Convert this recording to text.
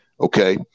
okay